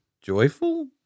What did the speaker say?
joyful